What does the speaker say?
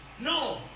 No